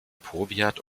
powiat